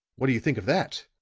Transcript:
what do you think of that?